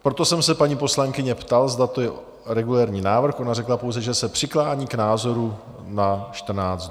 Proto jsem se paní poslankyně ptal, zda to je regulérní návrh, ona řekla pouze, že se přiklání k názoru na 14 dnů.